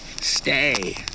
Stay